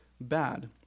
bad